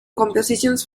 compositions